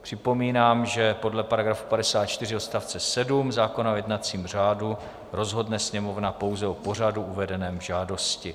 Připomínám, že podle § 54 odst. 7 zákona o jednacím řádu rozhodne Sněmovna pouze o pořadu uvedeném v žádosti.